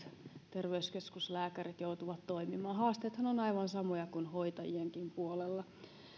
terveyskeskuslääkärit joutuvat toimimaan haasteethan ovat aivan samoja kuin hoitajienkin puolella